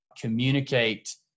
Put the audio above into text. communicate